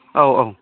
औ औ